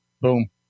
Boom